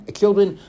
children